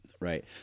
right